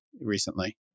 recently